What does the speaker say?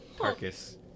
Marcus